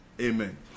Amen